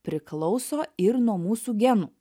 priklauso ir nuo mūsų genų